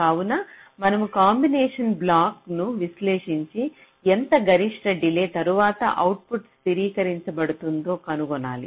కావున మనము కాంబినేషన్ బ్లాక్ను విశ్లేషించి ఎంత గరిష్ట డిలే తరువాత అవుట్పుట్ స్థిరీకరించ బడుతుందో కనుగొనాలి